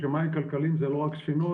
כשמים כלכליים זה לא רק ספינות,